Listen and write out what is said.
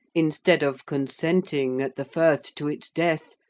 instead of consenting, at the first, to its death,